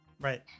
Right